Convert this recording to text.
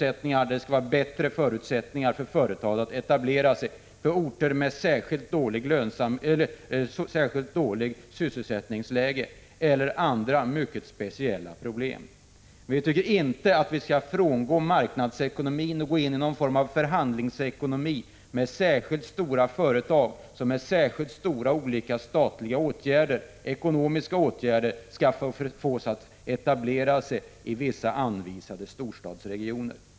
Det skall vara bättre förutsättningar för företag att etablera sig på orter med särskilt dåligt sysselsättningsläge eller andra mycket speciella problem, men vi tycker inte att man skall frångå marknadsekonomin och gå in i någon form av förhandlingsekonomi med särskilt stora företag som med olika speciella statliga ekonomiska åtgärder skall fås att etablera sig i vissa anvisade storstadsregioner.